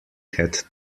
had